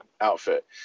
outfit